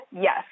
Yes